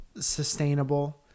sustainable